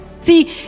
See